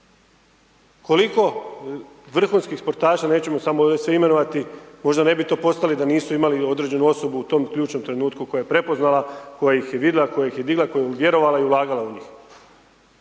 Koliko vrhunskih sportaša, nećemo samo ovdje sve imenovati, možda ne bi to postali da nisu imali određenu osobu u tom ključnom trenutku koja je prepoznala, koja ih je vidjela, koja ih je digla, koja je vjerovala i ulagala u njih.